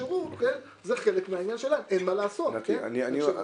שכרגע אמרת, אני רוצה להבין.